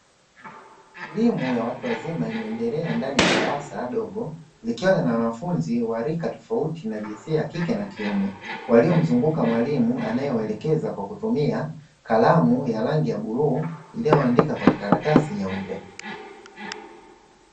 Elimu ya watu wazima inaendelea ndani ya darasa dogo likiwa lina wanafunzi wa rika tofauti na jinsia ya kike na kiume, waliomzunguka mwalimu anayewaelekeza kwa kutumia kalamu ya rangi ya bluu inayoandika kwenye karatasi nyeupe.